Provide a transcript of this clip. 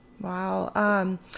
Wow